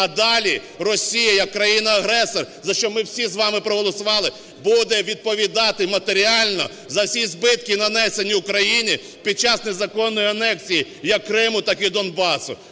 а далі Росія як країна-агресор, за що ми всі з вами проголосували, буде відповідати матеріально за всі збитки, нанесені Україні під час незаконної анексії як Криму, так і Донбасу.